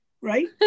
Right